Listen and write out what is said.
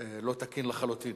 לא תקין לחלוטין.